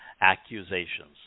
accusations